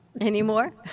Anymore